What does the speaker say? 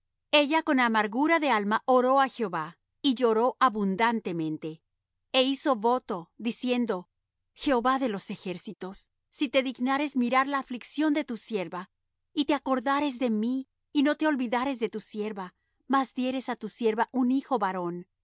ella con amargura de alma oró á jehová y lloró abundantemente e hizo voto diciendo jehová de los ejércitos si te dignares mirar la aflicción de tu sierva y te acordares de mí y no te olvidares de tu sierva mas dieres á tu sierva un hijo varón